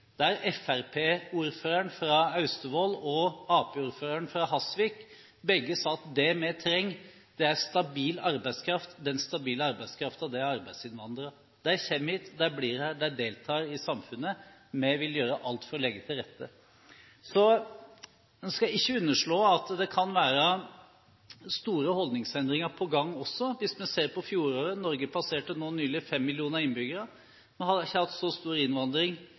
der både fremskrittspartiordføreren fra Austevoll og arbeiderpartiordføreren fra Hasvik sa at det vi trenger, er stabil arbeidskraft. Den stabile arbeidskraften er arbeidsinnvandrere. De kommer hit, de blir her, de deltar i samfunnet. Vi vil gjøre alt for å legge til rette. Så en skal ikke underslå at det kan være store holdningsendringer på gang. Hvis vi ser på fjoråret: Norge passerte nylig fem millioner innbyggere. Vi har ikke noen gang hatt så stor innvandring